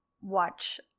watch